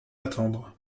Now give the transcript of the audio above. attendre